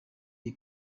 iyi